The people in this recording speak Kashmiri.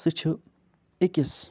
سُہ چھِ أکِس